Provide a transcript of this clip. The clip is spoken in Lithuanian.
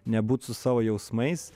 nebūt su savo jausmais